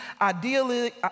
Ideally